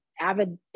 avid